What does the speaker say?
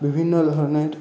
বিভিন্ন ধরণের